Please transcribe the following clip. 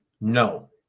No